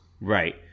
Right